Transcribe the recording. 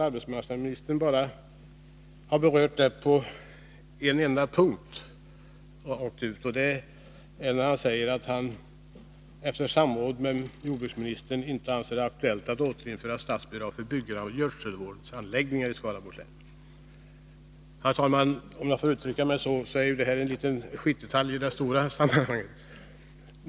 Arbetsmarknadsministern har tyvärr berört denna bara på en enda punkt, och det är när han säger att han efter samråd med jordbruksministern inte anser det vara aktuellt att återinföra statsbidraget för byggandet av gödselvårdsanläggningar i Skaraborgs län. Herr talman! Om jag får uttrycka mig så, är detta en liten ”skitdetalj” i det stora sammanhanget.